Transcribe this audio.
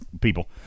people